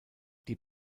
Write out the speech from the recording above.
die